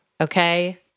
okay